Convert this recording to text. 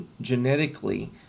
genetically